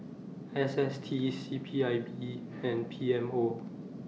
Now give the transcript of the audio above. S S T C P I B and P M O